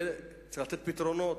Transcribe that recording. וצריך לתת פתרונות.